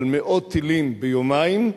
אבל מאות טילים ביומיים,